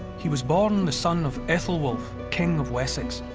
he was born the son of aethelwulf, king of wessex.